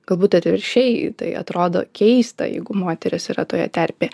galbūt atvirkščiai tai atrodo keista jeigu moteris yra toje terpėje